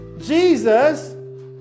Jesus